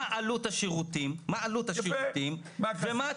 מה עלות השירותים ומה התקציב.